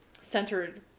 centered